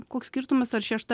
koks skirtumas ar šešta